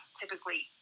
typically